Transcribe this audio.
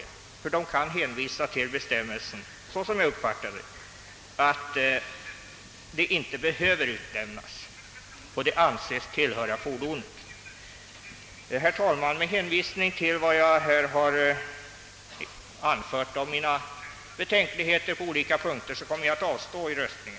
Polisen kan nämligen hänvisa till bestämmelsen — såsom jag uppfattar den — att föremålet inte behöver utlämnas eftersom det anses tillhöra fordonet. Herr talman! Med hänvisning till de betänkligheter på olika punkter som jag här anfört kommer jag att avstå vid röstningen.